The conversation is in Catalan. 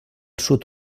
sud